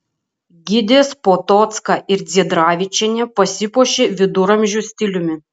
gidės potocka ir dziedravičienė pasipuošė viduramžių stiliumi